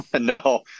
No